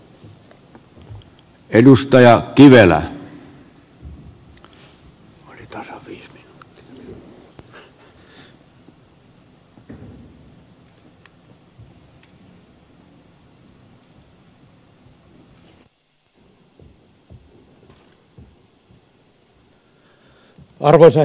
arvoisa herra puhemies